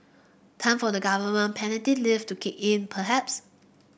time for the government paternity leave to kick in perhaps